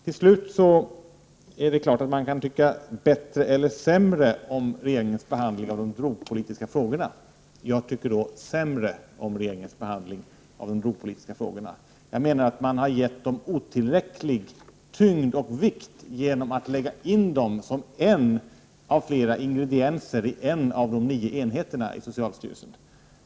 Till slut: Man kan tycka bättre eller sämre om regeringens behandling av de drogpolitiska frågorna. Jag tycker sämre om regeringens behandling av de drogpolitiska frågorna. Jag menar att man gett dem otillräcklig tyngd och vikt genom att lägga in dem som en av flera ingredienser i en av de nio enheterna i socialstyrelsen.